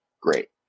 great